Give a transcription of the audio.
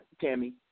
Tammy